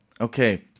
okay